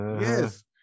yes